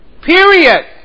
Period